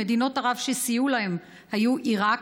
מדינות ערב שסייעו להן היו עיראק,